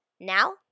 Now